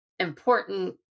important